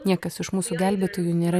niekas iš mūsų gelbėtojų nėra